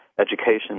education